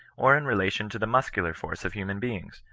or in relation to the muscular force of human beings,